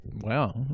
Wow